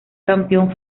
campeón